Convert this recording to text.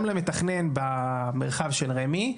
גם למתכנן במרחב של רמ"י,